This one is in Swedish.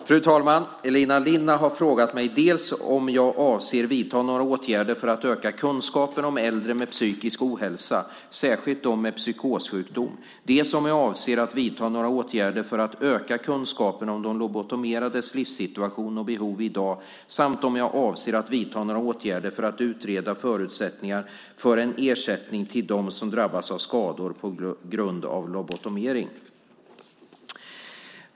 Fru talman! Elina Linna har frågat mig dels om jag avser att vidta några åtgärder för att öka kunskapen om äldre med psykisk ohälsa, särskilt dem med psykossjukdom, dels om jag avser att vidta några åtgärder för att öka kunskapen om de lobotomerades livssituation och behov i dag samt om jag avser att vidta några åtgärder för att utreda förutsättningar för en ersättning till dem som drabbats av skador på grund av lobotomering.